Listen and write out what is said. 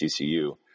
TCU